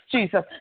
Jesus